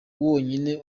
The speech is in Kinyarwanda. wonyine